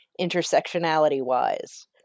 intersectionality-wise